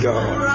God